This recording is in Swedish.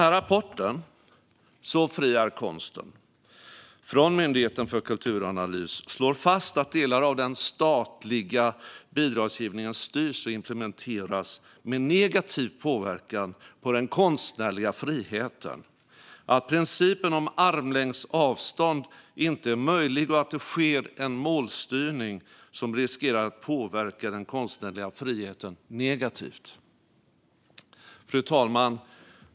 Rapporten Så fri är konsten , från Myndigheten för kulturanalys, slår fast att delar av den statliga bidragsgivningen styrs och implementeras med negativ påverkan på den konstnärliga friheten, att principen om armlängds avstånd inte är möjlig och att det sker en målstyrning som riskerar att påverka den konstnärliga friheten negativt. Fru talman!